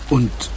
Und